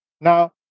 Now